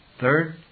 Third